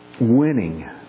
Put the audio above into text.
Winning